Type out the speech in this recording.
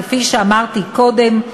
כפי שאמרתי קודם,